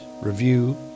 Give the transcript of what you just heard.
review